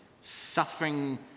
Suffering